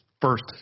first